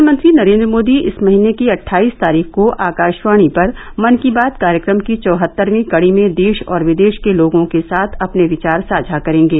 प्रधानमंत्री नरेंद्र मोदी इस महीने की अटटाईस तारीख को आकाशवाणी पर मन की बात कार्यक्रम की चौहत्तरवीं कडी में देश और विदेश के लोगों के साथ अपने विचार साझा करेंगे